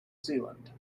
zealand